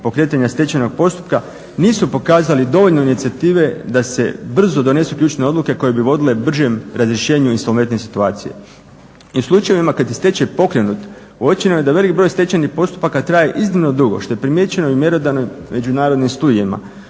pokretanja stečajnog postupka nisu pokazali dovoljno inicijative da se brzo donesu ključne odluke koje bi vodile bržem razrješenju insolventne situacije. I u slučajevima kada je stečaj pokrenut uočeno je da veliki broj stečajnih postupaka traje iznimno dugo što je primijećeno u mjerodavnim međunarodnim studijima